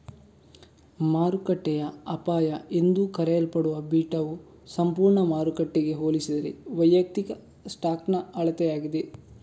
ಮಾರುಕಟ್ಟೆಯ ಅಪಾಯ ಎಂದೂ ಕರೆಯಲ್ಪಡುವ ಬೀಟಾವು ಸಂಪೂರ್ಣ ಮಾರುಕಟ್ಟೆಗೆ ಹೋಲಿಸಿದರೆ ವೈಯಕ್ತಿಕ ಸ್ಟಾಕ್ನ ಅಳತೆಯಾಗಿದೆ